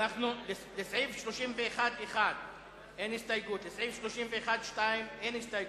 האיחוד הלאומי וחד"ש, נא להצביע.